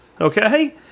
Okay